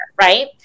right